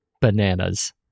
bananas